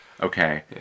Okay